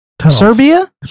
Serbia